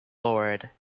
lord